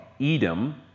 Edom